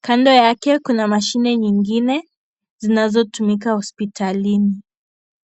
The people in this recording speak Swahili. Kando yake kuna mashine nyingine zinazotumika hospitalini.